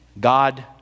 God